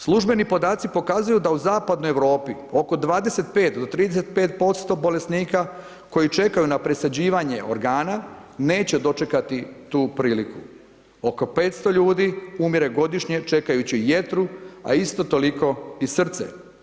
Službeni podaci pokazuju da u zapadnoj Europi, oko 25-35% bolesnika koji čekaju na presađivanje organa neće dočekati tu priliku, oko 500 ljudi umire godišnje čekajući jetru, a isto toliko i srce.